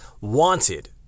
wanted